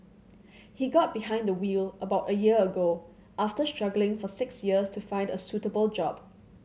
he got behind the wheel about a year ago after struggling for six years to find a suitable job